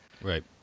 Right